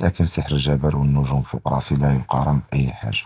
לָקִן סְהַר אִל-ג'בַּל וְאִל-נְגּוּם פוּק רַאסִי לָא יִקָּאַרֵן בְּאִי חַאגָה.